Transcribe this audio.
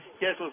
Yes